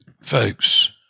Folks